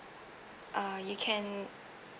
uh you can